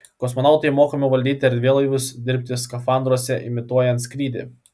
kosmonautai mokomi valdyti erdvėlaivius dirbti skafandruose imituojant skrydį